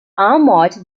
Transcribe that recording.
armored